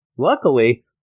Luckily